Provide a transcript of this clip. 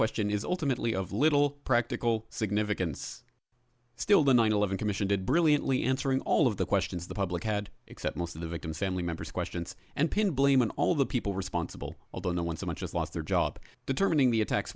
question is ultimately of little practical significance still the nine eleven commission did brilliantly answering all of the questions the public had except most of the victims family members questions and pin blame on all the people responsible although no one so much as lost their job determining the attacks